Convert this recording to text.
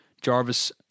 Jarvis